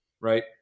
right